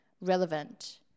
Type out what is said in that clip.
relevant